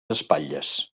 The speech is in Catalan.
espatlles